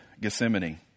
Gethsemane